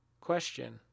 Question